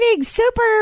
super